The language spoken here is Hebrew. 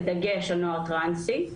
בדגש על נוער טרנסי.